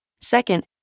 Second